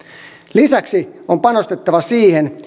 lisäksi on panostettava siihen